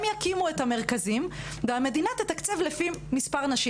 הם יקימו את המרכזים והמדינה תתקצב לפי מספר הנשים.